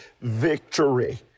victory